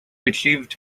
received